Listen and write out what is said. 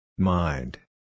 Mind